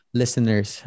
listeners